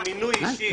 חירות זה מונח ערכי.